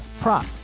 prop